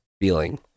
feeling